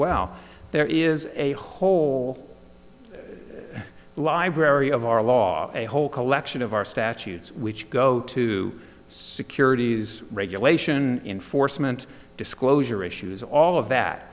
well there is a whole library of our law a whole collection of our statutes which go to securities regulation enforcement disclosure issues all of that